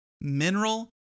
mineral